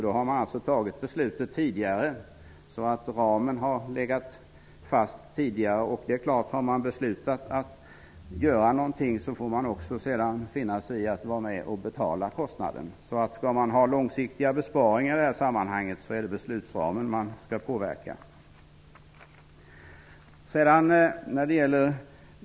Då har själva utgiften beslutats tidigare, så ramen ligger fast. Har man beslutat att göra något får man sedan finna sig i att vara med och betala kostnaden. Skall man ha långsiktiga besparingar i det här sammanhanget är det beslutsramen man skall påverka.